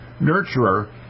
nurturer